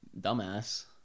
dumbass